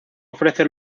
ofrece